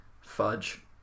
Fudge